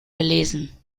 gelesen